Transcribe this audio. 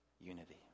unity